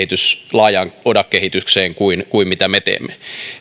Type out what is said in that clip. laajaan oda kehitykseen kuin kuin mitä me teemme